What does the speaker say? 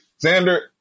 Xander